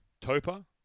Topa